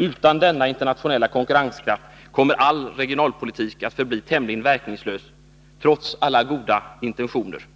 Utan denna internationella konkurrenskraft kommer all regionalpolitik att förbli tämligen verkningslös trots alla goda intentioner.